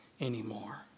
anymore